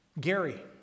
Gary